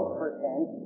percent